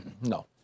No